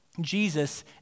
Jesus